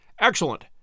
Excellent